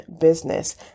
business